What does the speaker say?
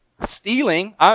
Stealing